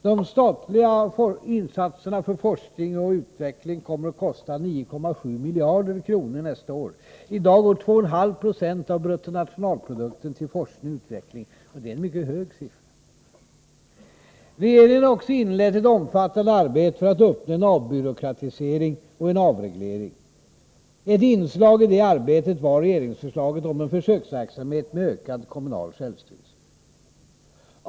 De statliga satsningarna på forskning och utveckling kommer att kosta 9,7 miljarder kronor nästa år. I dag går 2,5 90 av bruttonationalprodukten till forskning och utveckling. Det är en mycket hög siffra. Regeringen har också inlett ett omfattande arbete för att uppnå en avbyråkratisering och en avreglering. Ett inslag i det arbetet var regeringsförslaget om en försöksverksamhet med ökad kommunal självstyrelse.